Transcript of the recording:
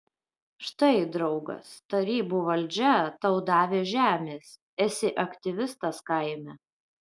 štai draugas tarybų valdžia tau davė žemės esi aktyvistas kaime